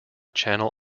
channel